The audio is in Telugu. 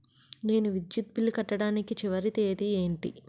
నేను విద్యుత్ బిల్లు కట్టడానికి చివరి తేదీ ఏంటి?